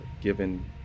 given